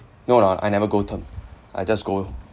no lah I never go term I just go